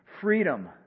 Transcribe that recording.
Freedom